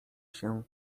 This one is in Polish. się